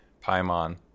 paimon